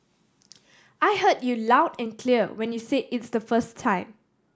I heard you loud and clear when you said it the first time